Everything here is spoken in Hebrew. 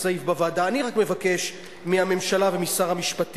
ודווקא אז צריך לשמור יותר מכול על זכויות